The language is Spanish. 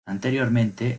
anteriormente